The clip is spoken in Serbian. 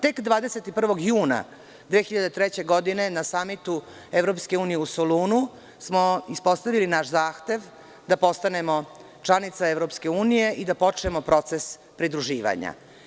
Tek 21. juna 2003. godine na samitu EU u Solunu smo ispostavili naš zahtev da postanemo članica EU i da počnemo proces pridruživanja.